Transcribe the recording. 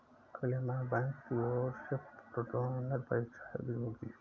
अगले माह बैंक की ओर से प्रोन्नति परीक्षा आयोजित होगी